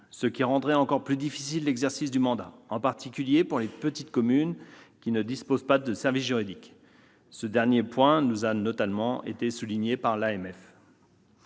ce qui rendrait encore plus difficile l'exercice du mandat, en particulier pour les petites communes qui ne disposent pas de service juridique. Ce dernier point nous a notamment été souligné par